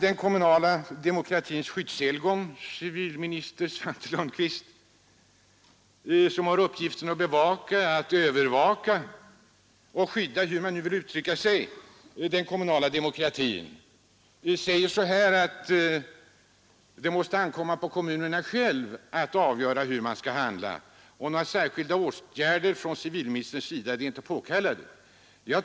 Den kommunala demokratins skyddshelgon, civilminister Svante Lundkvist, som har uppgiften att bevaka, övervaka, skydda — hur man nu vill uttrycka det — den kommunala demokratin säger så här: Det måste ankomma på kommunerna själva att avgöra hur man skall handla, och några särskilda åtgärder från civilministerns sida är inte påkallade.